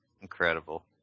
incredible